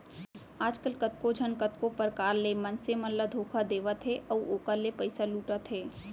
आजकल कतको झन कतको परकार ले मनसे मन ल धोखा देवत हे अउ ओखर ले पइसा लुटत हे